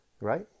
right